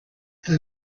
the